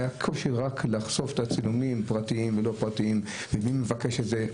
היה קושי רק לחשוף את הצילומים פרטיים ולא פרטיים ומי מבקש את זה.